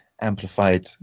amplified